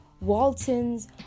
Waltons